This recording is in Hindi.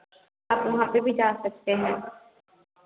आप वहाँ पर भी जा सकते हैं